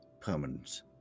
permanent